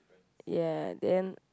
ya then